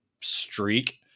streak